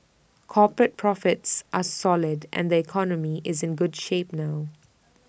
corporate profits are solid and the economy is in good shape now